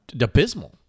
abysmal